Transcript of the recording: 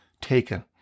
taken